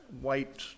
white